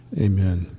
Amen